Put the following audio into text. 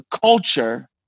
culture